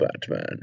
Batman